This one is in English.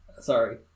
sorry